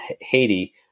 Haiti